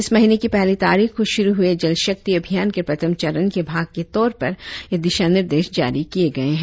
इस महीने की पहली तारिख को शुरु हुए जल शक्ति अभियान के प्रथम चरण के भाग के तौर पर यह दिशा निर्देश जारी किए गए है